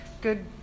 good